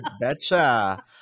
betcha